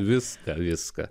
viską viską